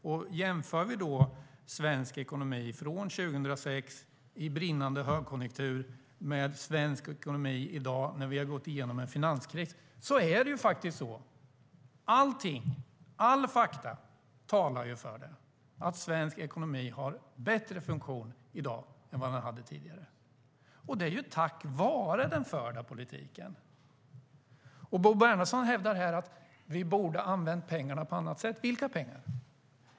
Vi kan jämföra svensk ekonomi 2006, i brinnande högkonjunktur, med svensk ekonomi i dag, när vi har gått igenom en finanskris. Allting talar för att svensk ekonomi har bättre funktion i dag än vad den hade tidigare. Det är tack vare den förda politiken. Bo Bernhardsson hävdar att vi borde ha använt pengarna på annat sätt. Vilka pengar?